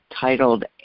titled